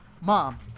Mom